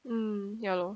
mm ya lor